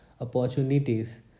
opportunities